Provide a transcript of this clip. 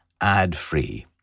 ad-free